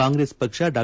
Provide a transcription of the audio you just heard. ಕಾಂಗ್ರೆಸ್ ಪಕ್ಷ ಡಾ